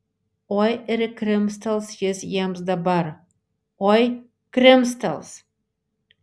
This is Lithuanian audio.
oi ir krimstels jis jiems dabar oi krimstels